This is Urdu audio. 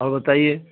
اور بتائیے